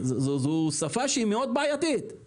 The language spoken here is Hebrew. זו שפה שהיא בעייתית מאוד.